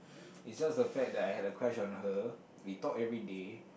is just the fact that I have a crush on her we talk everyday